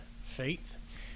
faith